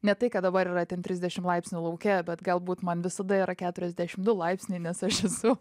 ne tai kad dabar yra ten trisdešim laipsnių lauke bet galbūt man visada yra keturiasdešim du laipsniai nes aš esu